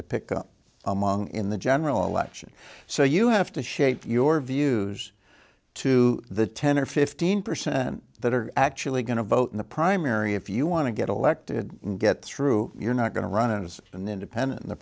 to pick up among in the general election so you have to shape your views to the ten or fifteen percent that are actually going to vote in the primary if you want to get elected and get through you're not going to run as an independent in the